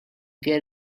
get